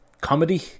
comedy